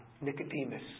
Nicodemus